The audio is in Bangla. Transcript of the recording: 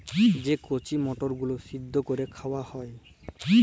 যে কঁচি মটরগুলা সিদ্ধ ক্যইরে খাউয়া হ্যয়